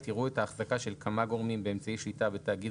יראו את ההחזקה של כמה גורמים באמצעי שליטה בתאגיד